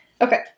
Okay